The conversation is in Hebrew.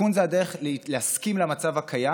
איכון הוא הדרך להסכים למצב הקיים